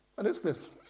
and it's this.